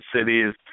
cities